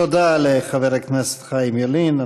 תודה לחבר הכנסת חיים ילין.